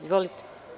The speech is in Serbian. Izvolite.